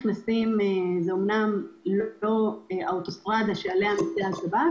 אומנם לא זאת האוטוסטרדה שעליה נוסע השב"כ,